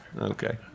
Okay